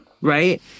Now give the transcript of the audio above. right